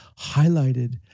highlighted